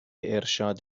ارشاد